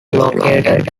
located